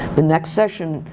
the next session,